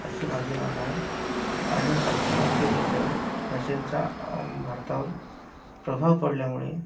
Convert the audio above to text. अशी माझी मानणं आहे आणि पाश्चिमात्य देशात फॅशनचा भारतावर प्रभाव पडल्यामुळे